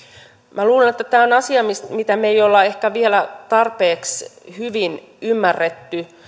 minä luulen että tämä on asia mitä me emme ole ehkä vielä tarpeeksi hyvin ymmärtäneet